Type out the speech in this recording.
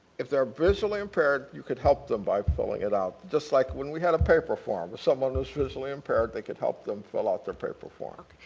if they're visually impaired, you can help them by filling it out. just like when we had a maip form, someone who's physically impaired, they can help them fill out their paper form.